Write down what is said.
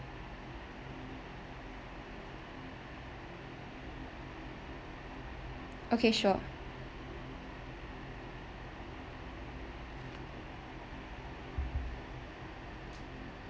okay sure